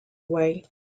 away